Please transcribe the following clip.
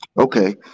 okay